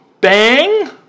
Bang